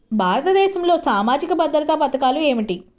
భారతదేశంలో సామాజిక భద్రతా పథకాలు ఏమిటీ?